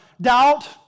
doubt